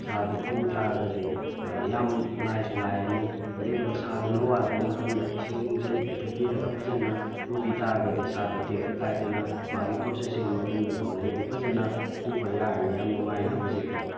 ꯁꯥꯗꯨ ꯄꯨ ꯇꯥꯔꯒꯗꯤ ꯌꯥꯝ ꯂꯥꯏꯁꯨ ꯂꯥꯏꯔꯅꯤ ꯑꯗꯨꯏꯗꯨꯒ ꯁꯥꯗꯨꯅ ꯋꯥꯔꯛꯄ ꯃꯇꯝꯗ ꯏꯁꯤꯡ ꯅꯨꯡꯁꯤꯡ ꯄꯤꯊꯛꯄꯤꯔꯒ ꯐꯖꯅ ꯄꯨꯕꯤ ꯇꯥꯔꯒꯗꯤ ꯁꯥꯗꯨ ꯇꯦꯛꯇ ꯀꯥꯏꯗꯅ ꯃꯥꯒꯤ ꯄ꯭ꯔꯣꯁꯦꯁꯁꯤꯡ ꯃꯐꯝꯗꯨꯕꯥꯎꯉꯩꯒꯤꯗꯤ ꯐꯖꯅ ꯄꯨꯕ ꯌꯥꯔꯅꯤ ꯌꯥꯝ ꯅꯨꯡꯉꯥꯏꯅ ꯍꯧꯖꯤꯛꯇꯤ